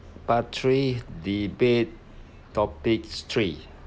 part three debate topics three